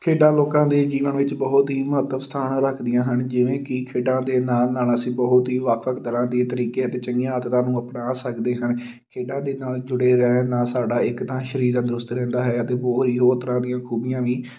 ਖੇਡਾਂ ਲੋਕਾਂ ਦੇ ਜੀਵਨ ਵਿੱਚ ਬਹੁਤ ਹੀ ਮਹੱਤਵ ਸਥਾਨ ਰੱਖਦੀਆਂ ਹਨ ਜਿਵੇਂ ਕਿ ਖੇਡਾਂ ਦੇ ਨਾਲ਼ ਨਾਲ਼ ਅਸੀਂ ਬਹੁਤ ਹੀ ਵੱਖ ਵੱਖ ਤਰ੍ਹਾਂ ਦੇ ਤਰੀਕੇ ਅਤੇ ਚੰਗੀਆਂ ਆਦਤਾਂ ਨੂੰ ਅਪਣਾ ਸਕਦੇ ਹਾਂ ਖੇਡਾਂ ਦੇ ਨਾਲ਼ ਜੁੜੇ ਰਹਿਣ ਨਾਲ਼ ਸਾਡਾ ਇੱਕ ਤਾਂ ਸਰੀਰ ਤੰਦਰੁਸਤ ਰਹਿੰਦਾ ਹੈ ਅਤੇ ਹੋਰ ਹੀ ਹੋਰ ਤਰ੍ਹਾਂ ਦੀਆਂ ਖੂਬੀਆਂ ਵੀ